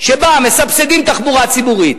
שבה מסבסדים תחבורה ציבורית,